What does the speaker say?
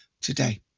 today